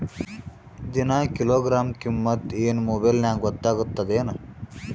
ದಿನಾ ಕಿಲೋಗ್ರಾಂ ಕಿಮ್ಮತ್ ಏನ್ ಮೊಬೈಲ್ ನ್ಯಾಗ ಗೊತ್ತಾಗತ್ತದೇನು?